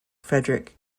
frederick